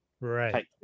Right